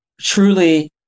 truly